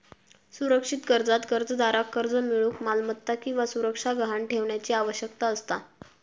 सुरक्षित कर्जात कर्जदाराक कर्ज मिळूक मालमत्ता किंवा सुरक्षा गहाण ठेवण्याची आवश्यकता असता